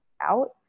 out